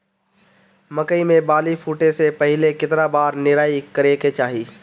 मकई मे बाली फूटे से पहिले केतना बार निराई करे के चाही?